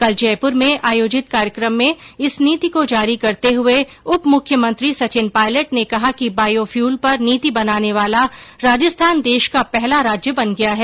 कल जयपुर में आयोजित कार्यक्रम में इस नीति को जारी करते हुए उप मुख्यमंत्री सचिन पायलट ने कहा कि बायोफ्यूल पर नीति बनाने वाला राजस्थान देश का पहला राज्य बन गया है